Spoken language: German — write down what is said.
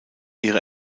ihre